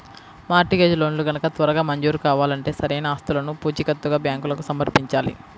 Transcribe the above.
mart gauge లోన్లు గనక త్వరగా మంజూరు కావాలంటే సరైన ఆస్తులను పూచీకత్తుగా బ్యాంకులకు సమర్పించాలి